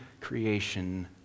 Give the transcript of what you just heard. creation